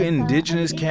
Indigenous